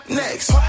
next